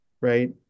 Right